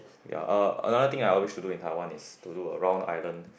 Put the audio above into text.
ya uh another thing I wish to do in Taiwan is to do a round island